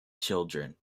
children